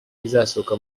izasohoka